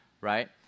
right